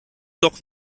doch